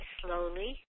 slowly